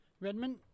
Redmond